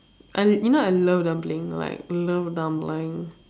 I did you know I love dumpling like love dumpling